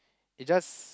it just